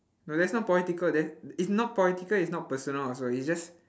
no that's not political that's it's not political it's not personal also it's just